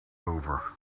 over